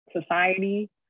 society